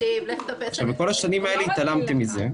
כל השנים האלה התעלמתם מזה,